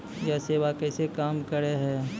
यह सेवा कैसे काम करै है?